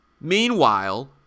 Meanwhile